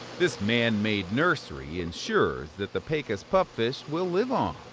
this man made nursery ensures that the pecos pupfish will live on.